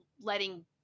letting